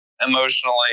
emotionally